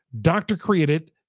Doctor-created